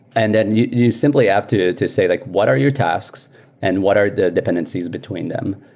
and then you you simply have to to say like, what are your tasks and what are the dependencies between them?